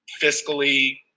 fiscally